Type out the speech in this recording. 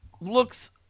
Looks